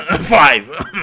Five